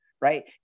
right